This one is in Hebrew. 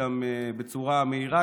גמרנו את גם בצורה מהירה,